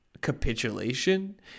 capitulation